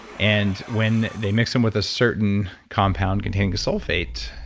and when they mix them with a certain compound containing a sulfate,